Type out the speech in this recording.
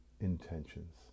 intentions